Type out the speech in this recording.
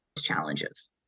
challenges